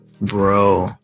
bro